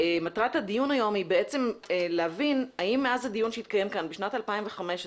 מטרת הדיון היום היא בעצם להבין האם מאז הדיון שהתקיים כאן בשנת 2015,